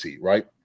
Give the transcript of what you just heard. right